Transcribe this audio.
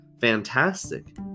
Fantastic